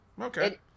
okay